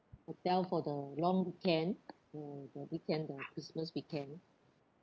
hotel for the long weekend the the weekend the christmas weekend